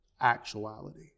actuality